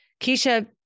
Keisha